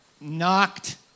knocked